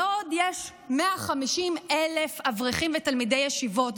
בעוד שיש 150,000 אברכים ותלמידי ישיבות.